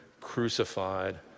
crucified